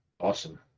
Awesome